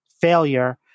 failure